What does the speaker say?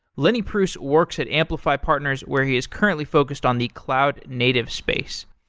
lenny pruss works at amplify partners where he is currently focused on the cloud native space.